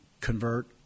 convert